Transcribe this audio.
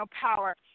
power